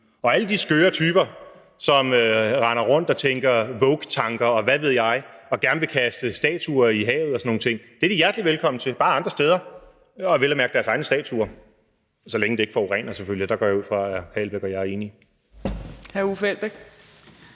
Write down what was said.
til alle de skøre typer, som render rundt og tænker woketanker, og hvad ved jeg, og gerne vil kaste statuer i havet og sådan nogle ting, så skal de være hjertelig velkommen til det, bare andre steder og vel at mærke deres egne statuer – så længe det ikke forurener selvfølgelig, og der går jeg ud fra at hr. Uffe Elbæk og jeg er enige.